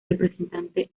representante